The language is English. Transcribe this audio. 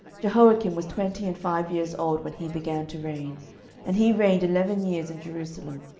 jehoiakim was twenty and five years old when he began to reign and he reigned eleven years in jerusalem.